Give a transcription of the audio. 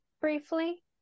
briefly